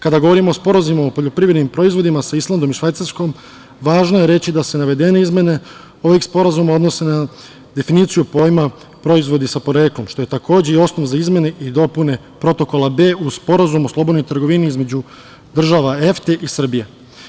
Kada govorimo o sporazumima o poljoprivrednim proizvodima sa Islandom i Švajcarskom važno je reći da se navedene izmene ovih sporazuma odnose na definiciju pojma - proizvodi sa poreklom, što je takođe i osnov za izmene i dopune protokola B u Sporazumu o slobodnoj trgovini između država EFTE i Srbije.